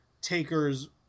Taker's